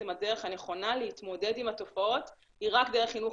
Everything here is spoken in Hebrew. הדרך הנכונה להתמודד עם התופעות היא רק דרך חינוך